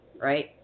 right